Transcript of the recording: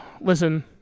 Listen